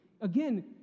again